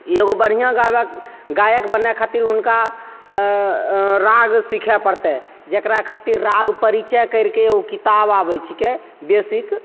ई एगो बढ़िआँ गावक गायक बनय खातिर हुनका राग सीखय पड़तै जेकरा खातिर राग परिचय करिके एगो किताब आबय छिकै बेसिक